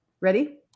Ready